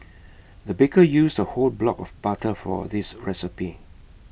the baker used A whole block of butter for this recipe